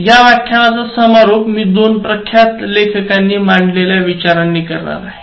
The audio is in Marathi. या व्याख्यानाचा समारोप मी दोन प्रख्यात लेखकांनी मांडलेल्या विचारांना करणार आहे